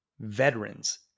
veterans